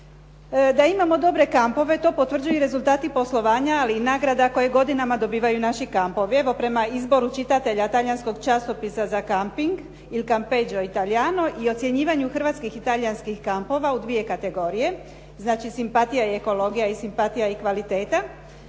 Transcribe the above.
Da imamo dobre kampove, to potvrđuju i rezultati poslovanja, ali i nagrade koje godinama dobivaju naši kampovi. Evo prema izboru čitatelja talijanskog časopisa za kamping, "Il campeggo italiano" i ocjenjivanju hrvatskih i talijanskih kampova u dvije kategorije, znači simpatija i ekologija, i simpatija i kvaliteta,